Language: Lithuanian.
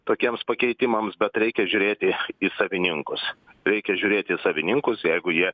tokiems pakeitimams bet reikia žiūrėti į savininkus reikia žiūrėti į savininkus jeigu jie